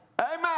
Amen